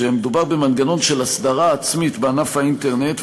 מדובר במנגנון של הסדרה עצמית בענף האינטרנט,